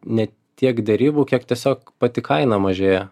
ne tiek derybų kiek tiesiog pati kaina mažėja